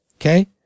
okay